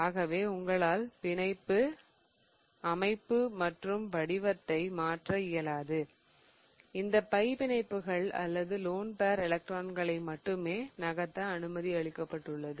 ஆகவே உங்களால் பிணைப்பு அமைப்பு மற்றும் வடிவத்தை மாற்ற இயலாது இந்த பை பிணைப்புகள் அல்லது லோன் பேர் எலக்ட்ரான்களை மட்டுமே நகர்த்த அனுமதி அளிக்கப்பட்டுள்ளது